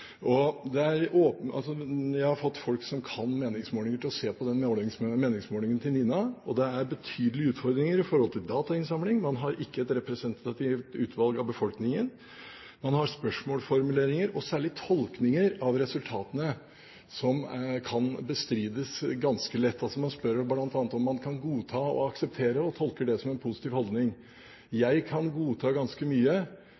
Jeg har fått folk som kan meningsmålinger, til å se på meningsmålingen til NINA, og det er betydelige utfordringer i tilknytning til datainnsamlingen. Man har ikke et representativt utvalg av befolkningen, man har spørsmålsformuleringer og særlig tolkninger av resultatene som kan bestrides ganske lett. Man spør bl.a. om man kan «godta» og «akseptere», og tolker det som en positiv holdning. Jeg kan godta ganske mye